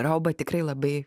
rauba tikrai labai